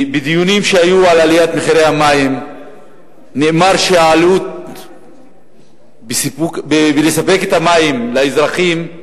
בדיונים שהיו על עליית מחירי המים נאמר שהעלות לספק את המים לאזרחים,